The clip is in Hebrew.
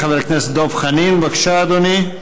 חבר הכנסת דב חנין, בבקשה, אדוני.